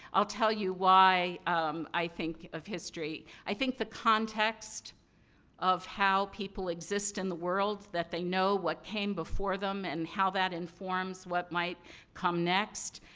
i'll tell you why um i think of history i think the context of how people exist in the world, that they know what came before them, and how that informs what might come next,